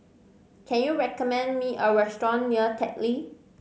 can you recommend me a restaurant near Teck Lee